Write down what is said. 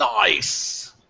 Nice